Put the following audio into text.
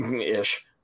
ish